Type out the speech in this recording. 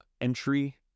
entry